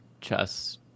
chess